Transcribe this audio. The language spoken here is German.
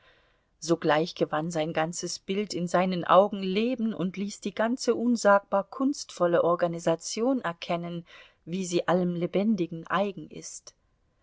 sogleich gewann sein ganzes bild in seinen augen leben und ließ die ganze unsagbar kunstvolle organisation erkennen wie sie allem lebendigen eigen ist